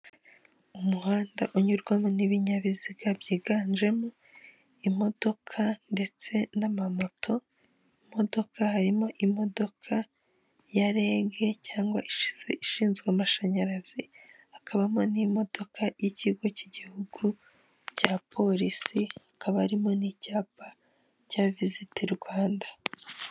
Umuhanda unyurwamo n'ibinyabiziga byiganjemo imodoka ndetse n'amamoto, imodoka harimo imodoka ya rege cyangwa ishizwe amashanyarazi hakabamo n'imodoka y'ikigo cy'igihugu cya polisi hakaba arimo n'icyapa cya vizite Rwanda.